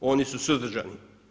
Oni su suzdržani.